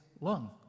lung